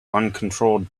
uncontrolled